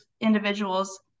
individuals